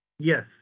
Yes